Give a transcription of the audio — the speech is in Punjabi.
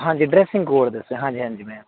ਹਾਂਜੀ ਡਰੈਸਿੰਗ ਕੋਡ ਦੱਸੋ ਹਾਂਜੀ ਹਾਂਜੀ ਮੈਮ